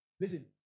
listen